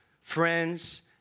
friends